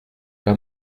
pas